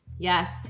Yes